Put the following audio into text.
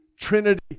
Trinity